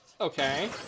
Okay